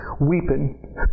weeping